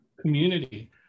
community